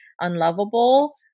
unlovable